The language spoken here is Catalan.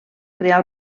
crear